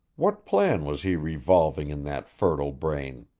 what plan was he revolving in that fertile brain?